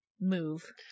move